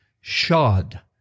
shod